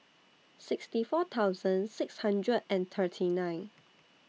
sixty four thousand six hundred and thirty nine